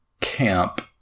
camp